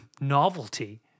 novelty